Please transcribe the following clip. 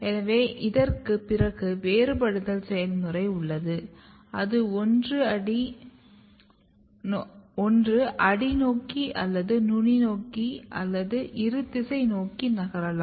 எனவே இதற்குப் பிறகு வேறுபடுதல் செயல்முறை உள்ளது அது ஒன்று அடி நோக்கி அல்லது நுனி நோக்கி அல்லது இருதிசை நோக்கி நகரலாம்